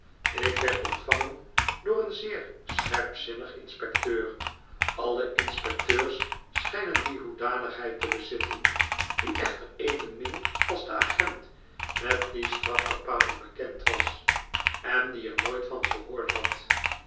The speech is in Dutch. ik word ontvangen door een zeer scherpzinnig inspecteur alle inspecteurs schijnen die hoedanigheid te bezitten die echter evenmin als de agent met die strafbepaling bekend was en die er nooit van gehoord had